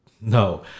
No